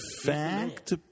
Fact